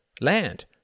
land